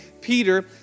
Peter